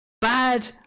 bad